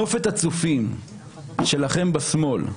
נופת הצופים שלכם בשמאל,